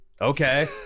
Okay